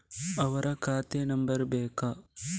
ಅವರ ಖಾತೆ ನಂಬರ್ ಬೇಕಾ?